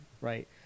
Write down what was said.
right